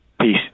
Peace